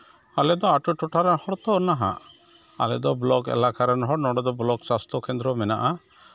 ᱟᱞᱮᱫᱚ ᱟᱹᱛᱩ ᱴᱚᱴᱷᱟ ᱨᱮᱱ ᱦᱚᱲ ᱛᱚ ᱱᱟᱦᱟᱸᱜ ᱟᱞᱮᱫᱚ ᱵᱞᱚᱠ ᱮᱞᱟᱠᱟ ᱨᱮᱱ ᱦᱚᱲ ᱟᱞᱮ ᱫᱚ ᱵᱞᱚᱠ ᱥᱟᱥᱛᱷᱚ ᱠᱮᱱᱫᱨᱚ ᱢᱮᱱᱟᱜᱼᱟ